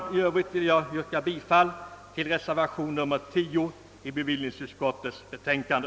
Jag ber att få yrka bifall till reservation nr 10 i bevillningsutskottets betänkande.